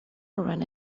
ran